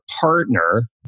partner